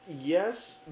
Yes